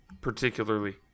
particularly